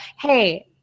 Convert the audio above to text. hey